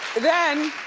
then,